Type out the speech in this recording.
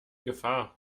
gefahr